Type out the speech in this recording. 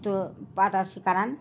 تہٕ پَتہٕ حظ چھِ کران